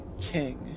King